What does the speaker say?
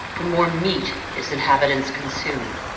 the more meat its inhabitants consume.